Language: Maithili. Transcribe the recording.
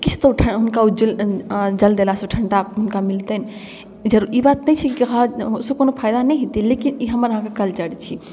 किछु तऽ हुनका ज्वल जल देलासँ ठण्डा हुनका मिलतनि जल ई बात नहि छै कि ओहिसँ कोनो फाइदा नहि हेतै लेकिन ई हमर अहाँके कल्चर छी